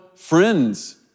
friends